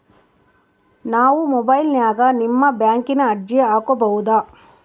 ನಾವು ಮೊಬೈಲಿನ್ಯಾಗ ನಿಮ್ಮ ಬ್ಯಾಂಕಿನ ಅರ್ಜಿ ಹಾಕೊಬಹುದಾ?